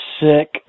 sick